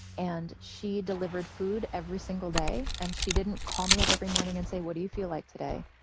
and she delivered food every single day. and she didn't call me up every morning and say, what do you feel like today?